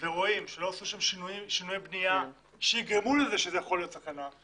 ורואים שלא עשו שם שינויי בניה שיגרמו לזה שזה יכול להיות סכנה,